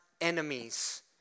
enemies